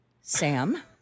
Sam